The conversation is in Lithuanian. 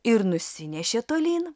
ir nusinešė tolyn